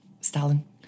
Stalin